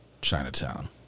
Chinatown